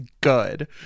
good